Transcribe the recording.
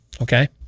Okay